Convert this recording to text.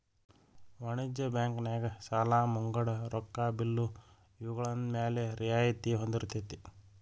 ವಾಣಿಜ್ಯ ಬ್ಯಾಂಕ್ ನ್ಯಾಗ ಸಾಲಾ ಮುಂಗಡ ರೊಕ್ಕಾ ಬಿಲ್ಲು ಇವ್ಗಳ್ಮ್ಯಾಲೆ ರಿಯಾಯ್ತಿ ಹೊಂದಿರ್ತೆತಿ